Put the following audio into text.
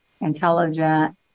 intelligent